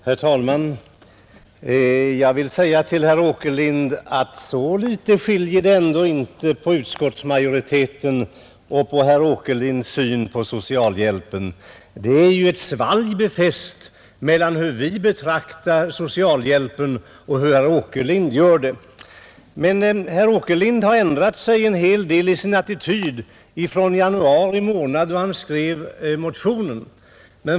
Herr talman! Jag vill säga till herr Åkerlind att så litet skiljer det ändå inte på utskottsmajoritetens och herr Åkerlinds syn på socialhjälp. Det är ett svalg befäst mellan hur vi betraktar socialhjälpen och hur herr Åkerlind gör det. Men herr Åkerlind har ändrat sin attityd en hel del från januari månad, då han skrev motionen.